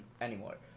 anymore